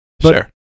Sure